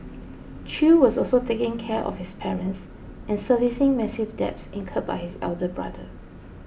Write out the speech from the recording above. Chew was also taking care of his parents and servicing massive debts incurred by his elder brother